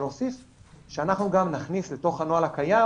אנחנו גם נכניס לתוך הנוהל הקיים